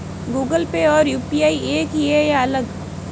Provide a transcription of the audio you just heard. Google Pay और UPI एक ही है या अलग?